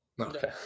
Okay